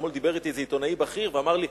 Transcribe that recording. אתמול דיבר אתי איזה עיתונאי בכיר ואמר לי,